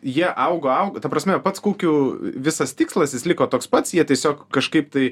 jie augo augo ta prasme pats kukių visas tikslas jis liko toks pats jie tiesiog kažkaip tai